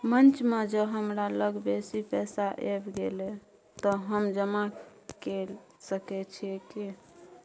बीच म ज हमरा लग बेसी पैसा ऐब गेले त हम जमा के सके छिए की?